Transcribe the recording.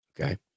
okay